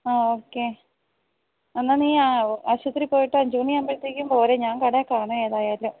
ആ ഓക്കേ എന്നാൽ നീ ആശുപത്രി പോയിട്ട് അഞ്ച് മണിയാകുമ്പോഴത്തേക്കും പോര് ഞാൻ കടയിൽ കാണും ഏതായാലും